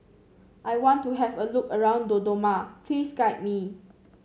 I want to have a look around Dodoma please guide me